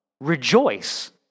Rejoice